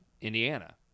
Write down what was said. Indiana